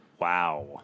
Wow